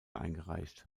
eingereicht